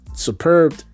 superb